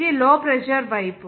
ఇది low pressure వైపు